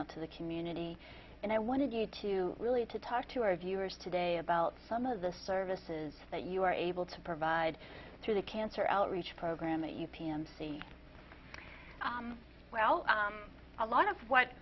out to the community and i wanted you to really to talk to our viewers today about some of the services that you are able to provide through the cancer outreach program at your p m c well a lot of what